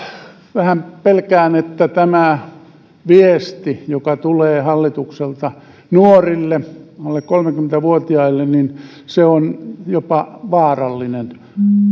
vähän pelkään että tämä viesti joka tulee hallitukselta nuorille alle kolmekymmentä vuotiaille on jopa vaarallinen